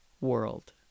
world